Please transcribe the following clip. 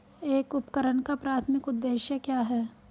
एक उपकरण का प्राथमिक उद्देश्य क्या है?